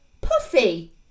puffy